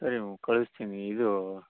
ಸರಿ ಮ್ಯಾಮ್ ಕಳಿಸ್ತೀನಿ ಇದು